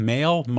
Male